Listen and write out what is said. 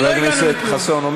חבר הכנסת חסון,